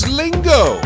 lingo